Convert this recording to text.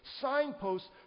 signposts